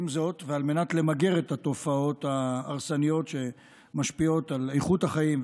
ועל מנת למגר את התופעות ההרסניות שמשפיעות על איכות החיים,